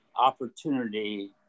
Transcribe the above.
opportunity